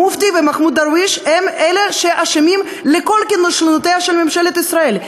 המופתי ומחמוד דרוויש הם האשמים בכל כישלונותיה של ממשלת ישראל.